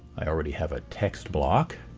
i already have a text block